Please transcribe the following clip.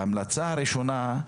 וההמלצה הראשונה,